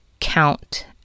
count